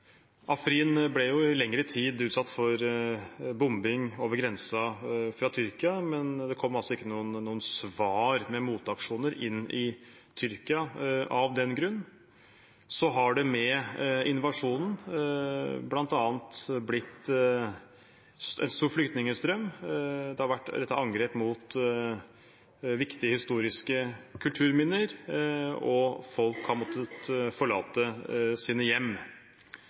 Afrin ble i lengre tid utsatt for bombing over grensen fra Tyrkia, men det kom altså ikke noe svar med motaksjoner inn i Tyrkia av den grunn. Så har det med invasjonen bl.a. blitt en stor flyktningstrøm, det har vært rettet angrep mot viktige historiske kulturminner, og folk har måttet forlate sine hjem.